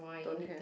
don't have